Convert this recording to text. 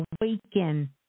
awaken